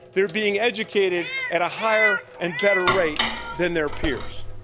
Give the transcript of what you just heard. they're being educated at a higher and better rate than their peers.